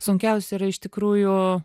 sunkiausia yra iš tikrųjų